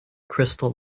crystal